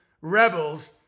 rebels